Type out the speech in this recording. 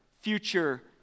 future